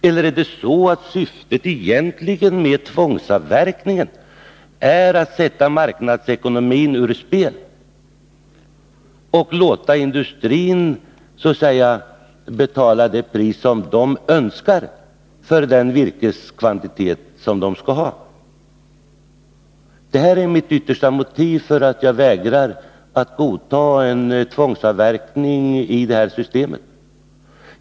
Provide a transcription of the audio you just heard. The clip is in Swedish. Eller är det så att syftet med tvångsavverkningen egentligen är att sätta marknadsekonomin ur spel och låta industrin så att säga betala det pris som den önskar för den virkeskvantitet som den skall ha? Detta är det yttersta motivet för att jag vägrar att godta en tvångsavverkning i det här systemet.